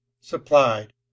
supplied